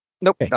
Nope